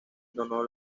donó